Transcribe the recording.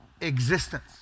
existence